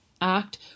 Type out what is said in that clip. act